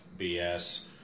BS